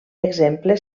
exemple